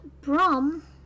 Brom